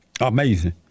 Amazing